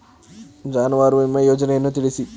ಜಾನುವಾರು ವಿಮಾ ಯೋಜನೆಯನ್ನು ತಿಳಿಸಿ?